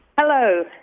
Hello